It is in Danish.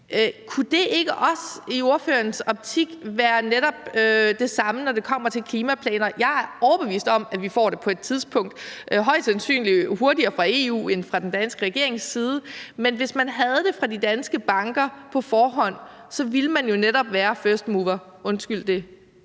være netop det samme, når det kommer til klimaplaner? Jeg er overbevist om, at vi får det på et tidspunkt – højst sandsynligt hurtigere fra EU end fra den danske regerings side – men hvis man havde det i de danske banker på forhånd, ville man jo netop være firstmover, undskyld det